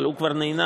אבל הוא כבר נענש,